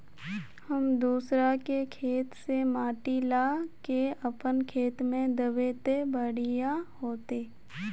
हम दूसरा के खेत से माटी ला के अपन खेत में दबे ते बढ़िया होते?